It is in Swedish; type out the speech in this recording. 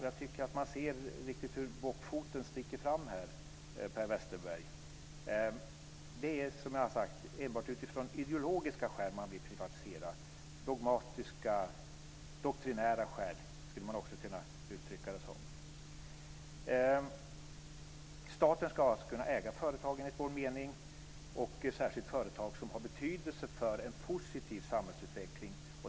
Jag tycker att man riktigt ser hur bockfoten sticker fram här, Per Westerberg. Som jag har sagt så är det enbart av ideologiska skäl man vill privatisera - eller av dogmatiska och doktrinära skäl. Så skulle man också kunna uttrycka det. Staten ska enligt vår mening kunna äga företag, och särskilt företag som har betydelse för en positiv samhällsutveckling.